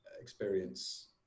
experience